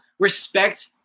respect